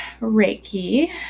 Reiki